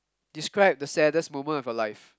describe the saddest moment of your life